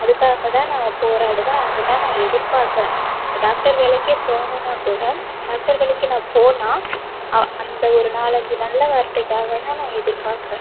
அதுக்காக தான் நான் போறாடுவேன் அதை தான் நான் எதிர்பாக்குறேன் இப்போ டாக்டர் வேலைக்கே போணுன்னா கூட டாக்டர் வேலைக்கு நான் போனா அந்த ஒரு நாலஞ்சு நல்ல வார்த்தைக்காக தான் நான் எதிர்பாக்குறேன்